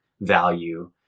value